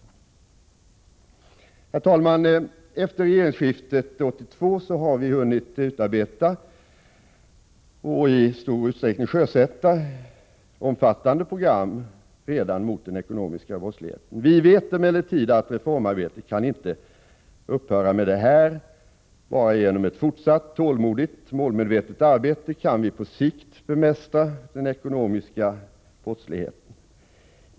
Herr talman! Efter regeringsskiftet 1982 har vi hunnit utarbeta och i stor utsträckning redan hunnit sjösätta omfattande program mot den ekonomiska brottsligheten. Vi vet emellertid att reformarbetet inte kan upphöra i och med detta. Bara genom ett fortsatt tålmodigt och målmedvetet arbete kan vi på sikt bemästra den ekonomiska brottsligheten.